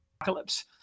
apocalypse